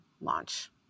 launch